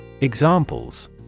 Examples